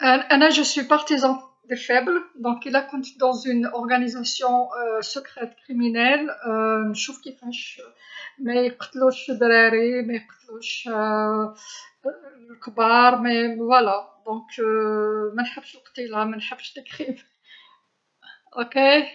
انا عضو في جمعية، لذا إذا كنت في جمعية إجرامية نشوف كيفاش ما يقتلوش ذراري ما يقتلوش الكبار، هذا هوا إذا ما نحبش القتيلة ما نحبش إجرام حسنا.